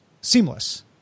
seamless